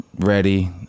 ready